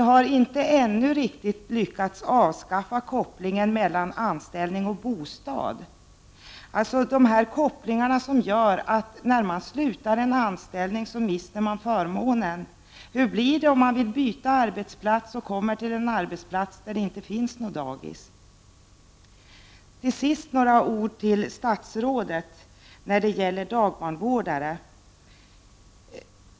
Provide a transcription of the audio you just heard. Vi har ännu inte riktigt lyckats avskaffa kopplingen mellan anställning och bostad. Sådana här kopplingar till anställningen gör att man när man slutar anställningen mister förmånen. Hur blir det om man vill byta arbete och kommer till ett företag som inte har något dagis? Så några ord till statsrådet i fråga om dagbarnvårdare.